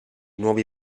nuovi